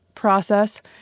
process